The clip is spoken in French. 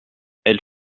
elle